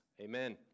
Amen